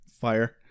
Fire